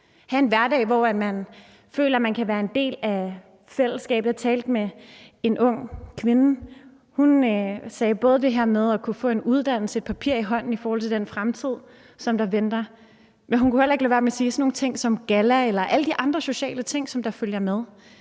og have en hverdag, hvor de føler, at de kan være en del af fællesskabet. Jeg talte med en ung kvinde. Hun talte både om det her med at kunne få en uddannelse og få et papir i hånden i forhold til den fremtid, der venter, men hun kunne heller ikke lade være med at tale om gallafest eller alle de andre sociale ting, der følger med.